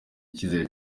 icyizere